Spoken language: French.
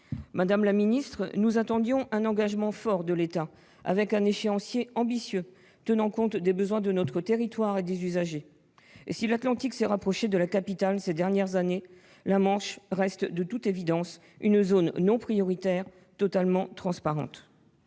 Madame la ministre, nous attendions un engagement fort de l'État, avec un échéancier ambitieux tenant compte des besoins de notre territoire et des usagers. Si l'Atlantique s'est rapproché de la capitale ces dernières années, la Manche reste de toute évidence une zone non prioritaire, totalement transparente.